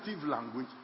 language